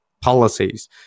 policies